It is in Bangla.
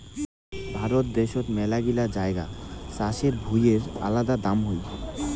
ভারত দ্যাশোত মেলাগিলা জাগায় চাষের ভুঁইয়ের আলাদা দাম হই